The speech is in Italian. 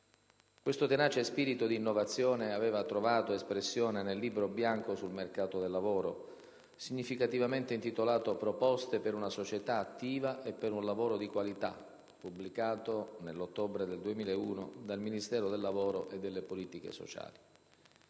Questo tenace spirito di innovazione aveva trovato espressione nel Libro bianco sul mercato del lavoro significativamente intitolato «Proposte per una società attiva e per un lavoro di qualità», pubblicato, nell'ottobre del 2001, dal Ministero del lavoro e delle politiche sociali.